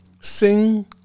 Sing